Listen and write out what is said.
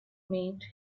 made